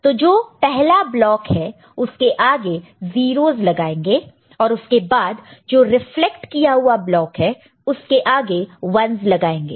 तो जो पहला ब्लॉक है उसके आगे 0's लगाएंगे और उसके बाद जो रिफ्लेक्ट किया हुआ ब्लॉक है उसके आगे 1's लगाएंगे